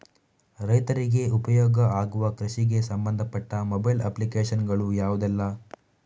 ರೈತರಿಗೆ ಉಪಯೋಗ ಆಗುವ ಕೃಷಿಗೆ ಸಂಬಂಧಪಟ್ಟ ಮೊಬೈಲ್ ಅಪ್ಲಿಕೇಶನ್ ಗಳು ಯಾವುದೆಲ್ಲ?